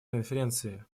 конференции